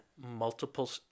multiple